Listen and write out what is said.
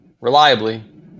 reliably